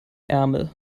ärmel